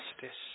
justice